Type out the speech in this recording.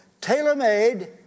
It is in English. Tailor-made